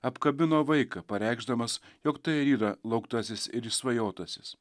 apkabino vaiką pareikšdamas jog tai ir yra lauktasis ir išsvajotasis